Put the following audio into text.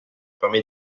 permet